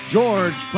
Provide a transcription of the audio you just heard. George